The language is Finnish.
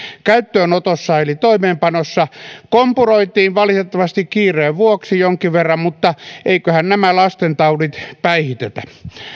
käyttöönotossa eli toimeenpanossa kompuroitiin valitettavasti kiireen vuoksi jonkin verran mutta eiköhän nämä lastentaudit päihitetä